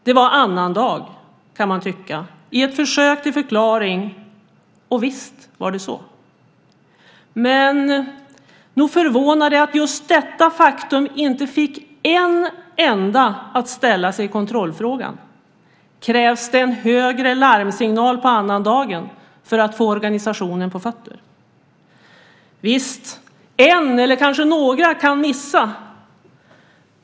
Det var annandag, kan man tycka i ett försök till förklaring - och visst var det så. Men nog förvånar det att just detta faktum inte fick en enda att ställa sig kontrollfrågan: Krävs det en högre larmsignal på annandagen för att få organisationen på fötter? Visst, en eller kanske några kan missa.